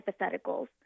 hypotheticals